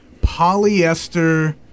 polyester